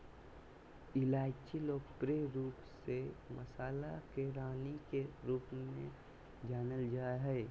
इलायची लोकप्रिय रूप से मसाला के रानी के रूप में जानल जा हइ